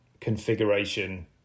configuration